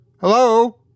Hello